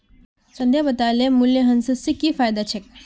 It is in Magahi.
संध्या बताले मूल्यह्रास स की फायदा छेक